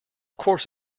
course